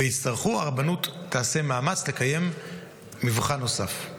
ויצטרכו, הרבנות תעשה מאמץ לקיים מבחן נוסף.